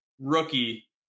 rookie